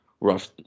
Rough